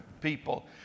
people